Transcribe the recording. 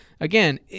again